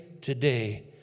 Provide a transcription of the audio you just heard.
today